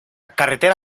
carretera